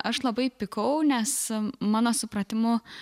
aš labai pykau nes mano supratimu